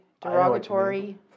Derogatory